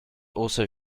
also